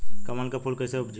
कमल के फूल कईसे उपजी?